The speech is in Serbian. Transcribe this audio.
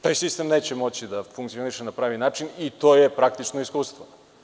Taj sistem neće moći da funkcioniše na pravi način i to je praktično iskustvo.